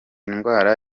ndwara